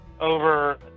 over